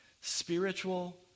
spiritual